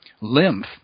lymph